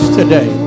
today